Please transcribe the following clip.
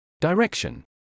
Direction